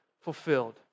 fulfilled